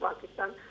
Pakistan